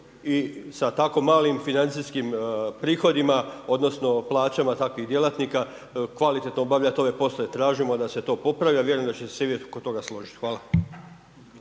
i sa tako malim financijskim prihodima, odnosno plaćama takvih djelatnika kvalitetno obavljati ove poslove. Tražimo da se to popravi, ja vjerujem da će se i vi oko toga složiti. Hvala.